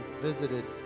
visited